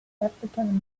african